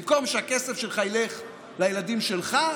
במקום שהכסף שלך ילך לילדים שלך,